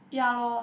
ya lor